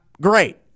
great